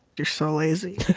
you're so lazy.